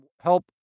help